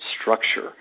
structure